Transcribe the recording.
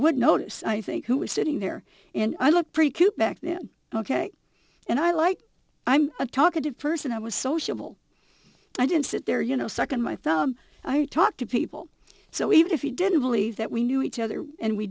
would notice i think who was sitting there and i looked pretty cute back then ok and i like i'm a talkative person i was sociable i didn't sit there you know second my thumb i would talk to people so even if you didn't believe that we knew each other and we